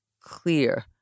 clear